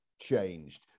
changed